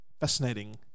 fascinating